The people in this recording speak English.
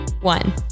one